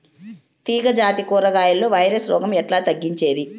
తీగ జాతి కూరగాయల్లో వైరస్ రోగం ఎట్లా తగ్గించేది?